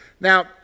Now